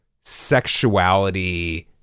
sexuality